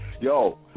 Yo